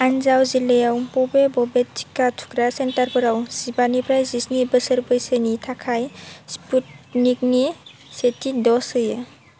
आन्जाउ जिल्लायाव बबे बबे टिका थुग्रा सेन्टारफोराव जिबा निफ्राय जिस्नि बोसोर बैसोनि थाखाय स्पुटनिकनि सेथि ड'ज होयो